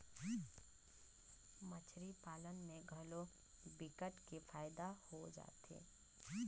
मछरी पालन में घलो विकट के फायदा हो जाथे